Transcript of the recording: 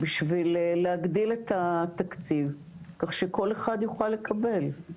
בשביל להגדיל את התקציב, כך שכל אחד יוכל לקבל.